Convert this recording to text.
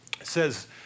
says